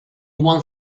one